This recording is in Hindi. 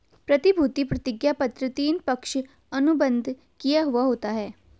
प्रतिभूति प्रतिज्ञापत्र तीन, पक्ष अनुबंध किया हुवा होता है